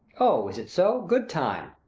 o, is it so? good time.